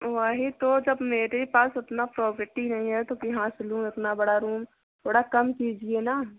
वही तो जब मेरे पास उतना प्रॉफ़िट ही नहीं है तो कहाँ से लूँ इतना बड़ा रूम थोड़ा कम कीजिए ना